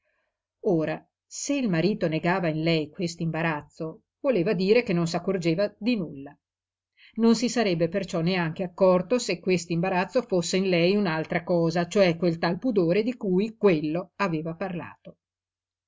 ora se il marito negava in lei quest'imbarazzo voleva dire che non s'accorgeva di nulla non si sarebbe perciò neanche accorto se quest'imbarazzo fosse in lei un'altra cosa cioè quel tal pudore di cui quello aveva parlato